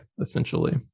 essentially